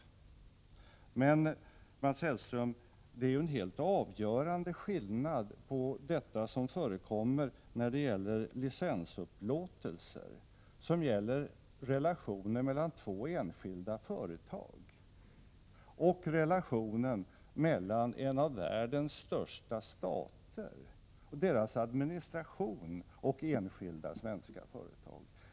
Mats Hellström. Det är en helt avgörande skillnad mellan vad som förekommer vid licensupplåtelser, som gäller relationerna mellan två enskilda företag, och relationerna mellan en av världens största stater jämte dess administration och enskilda svenska företag.